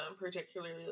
particularly